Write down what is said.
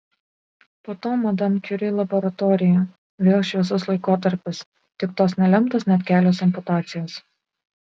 po to madam kiuri laboratorija vėl šviesus laikotarpis tik tos nelemtos net kelios amputacijos